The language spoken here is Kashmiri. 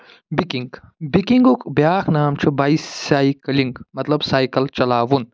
بِکِنٛگ بِکِنٛگُک بیٛاکھ نام چھُ بَے سایکٕلِنٛگ مطلب سایکَل چلاوُن